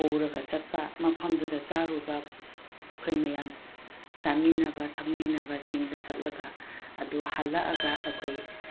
ꯄꯨꯔꯒ ꯆꯠꯄ ꯃꯐꯝꯗꯨꯗ ꯆꯥꯔꯨꯕ ꯑꯩꯈꯣꯏ ꯃꯌꯥꯝ ꯆꯥꯃꯤꯟꯅꯕ ꯊꯛꯃꯤꯟꯅꯕ ꯆꯤꯡꯗ ꯆꯠꯂꯒ ꯑꯗꯨ ꯍꯜꯂꯛꯑꯒ ꯑꯩꯈꯣꯏ